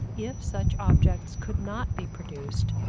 if such objects could not be produced,